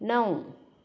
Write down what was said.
णव